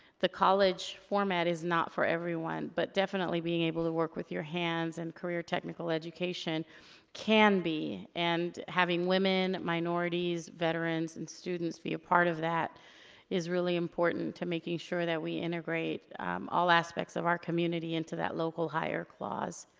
the college format is not for everyone. but definitely, being able to work with your hands, and career technical education can be. and having women, minorities, veterans, and students be a part of that is really important to making sure that we integrate all aspects of our community into that local hire clause.